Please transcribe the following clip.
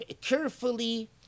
carefully